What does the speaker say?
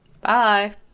Bye